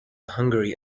hungary